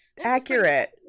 accurate